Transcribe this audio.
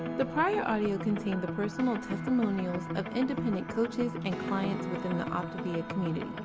the prior audio contained the personal testimonials of independent coaches and clients within the optavia community.